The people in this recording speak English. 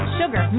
sugar